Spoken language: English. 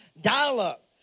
Dial-up